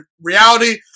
reality